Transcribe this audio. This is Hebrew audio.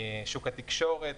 שוק התקשורת.